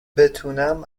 بتونم